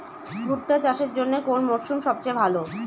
ভুট্টা চাষের জন্যে কোন মরশুম সবচেয়ে ভালো?